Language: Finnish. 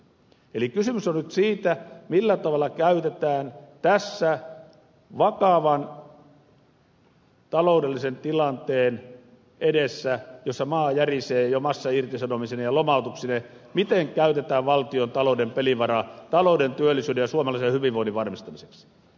eli kysymys on nyt siitä millä tavalla käytetään tämän vakavan taloudellisen tilanteen edessä jossa maa järisee jo massairtisanomisineen ja lomautuksineen valtiontalouden pelivaraa talouden työllisyyden ja suomalaisen hyvinvoinnin varmistamiseksi